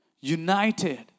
united